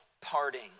parting